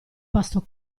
pasto